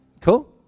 Cool